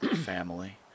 family